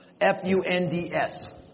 F-U-N-D-S